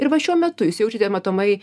ir va šiuo metu jūs jaučiatė matomai